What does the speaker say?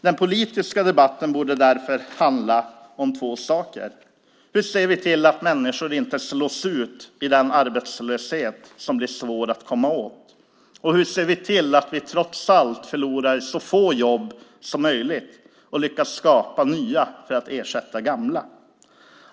Den politiska debatten borde därför handla om två saker: Hur ser vi till att människor inte slås ut av arbetslöshet? Hur ser vi till att vi trots allt förlorar så få jobb som möjligt och lyckas skapa nya för att ersätta gamla?